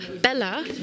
Bella